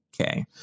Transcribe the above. Okay